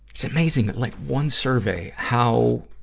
it's amazing that like one survey, how,